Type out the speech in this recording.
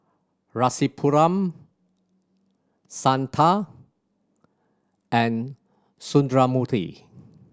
Rasipuram Santha and Sundramoorthy